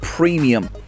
premium